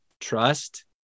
trust